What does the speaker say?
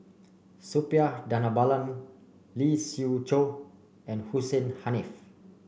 Suppiah Dhanabalan Lee Siew Choh and Hussein Haniff